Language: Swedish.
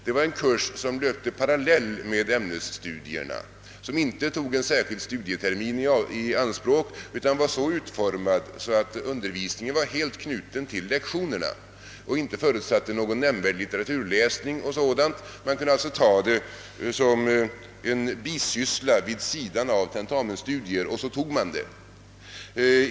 Det var en kurs som löpte parallellt med ämnesstudierna och som alltså inte tog en särskild studietermin i anspråk; den var så utformad att undervisningen var helt knuten till lektionerna och inte förutsatte någon nämnvärd litteraturläsning och man kunde alltså ta den som en »bisyssla» vid sidan av tentamensstudier,.